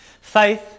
Faith